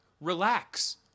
Relax